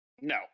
No